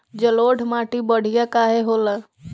जलोड़ माटी बढ़िया काहे होला?